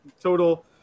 total